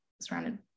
surrounded